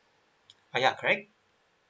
ah ya correct